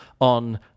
on